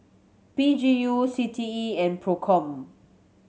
P G U C T E and Procom